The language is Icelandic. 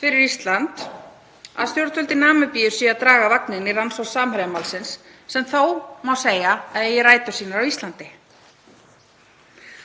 fyrir Ísland að stjórnvöld í Namibíu sé að draga vagninn í rannsókn Samherjamálsins, sem þó má segja að eigi rætur sínar á Íslandi.